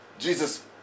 Jesus